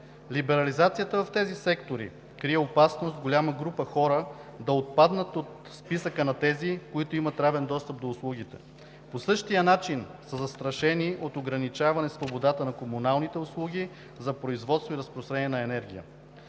Либерализацията в тези сектори крие опасност голяма група хора да отпаднат от списъка на тези, които имат равен достъп до услугите. По същия начин са застрашени и от ограничаване свободата на комуналните услуги – производство и разпространение на енергия.